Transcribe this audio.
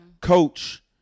coach